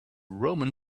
roman